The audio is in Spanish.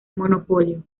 monopolio